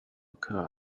curled